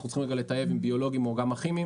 אנחנו צריכים לתאם אם הביולוגיים או גם הכימיים